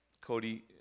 Cody